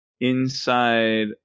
inside